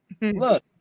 Look